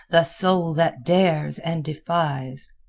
the soul that dares and defies.